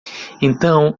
então